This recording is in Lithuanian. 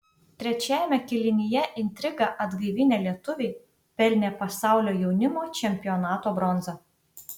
trečiajame kėlinyje intrigą atgaivinę lietuviai pelnė pasaulio jaunimo čempionato bronzą